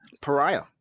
Pariah